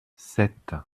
sept